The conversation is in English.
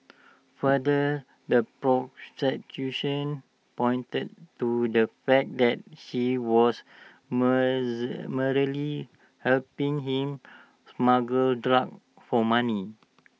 further the prosecution pointed to the fact that she was merely helping him smuggle drugs for money